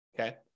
okay